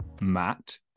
Matt